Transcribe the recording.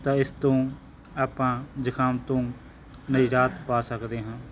ਤਾਂ ਇਸ ਤੋਂ ਆਪਾਂ ਜ਼ੁਕਾਮ ਤੋਂ ਨਿਜਾਤ ਪਾ ਸਕਦੇ ਹਾਂ